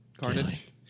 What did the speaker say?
carnage